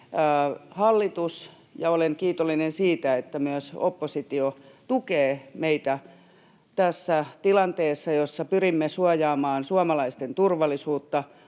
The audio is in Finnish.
sulkeutui. Olen kiitollinen siitä, että myös oppositio tukee meitä tässä tilanteessa, jossa pyrimme suojaamaan suomalaisten turvallisuutta,